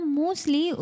mostly